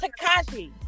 Takashi